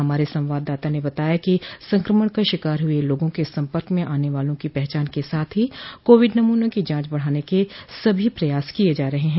हमारे संवाददाता ने बताया है कि संक्रमण का शिकार हुए लोगों के संपर्क में आने वालों की पहचान के साथ ही कोविड नमूनों की जांच बढाने के सभी प्रयास किए जा रहे हैं